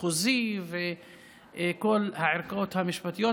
המחוזי וכל הערכאות המשפטית,